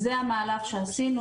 זה המהלך שעשינו,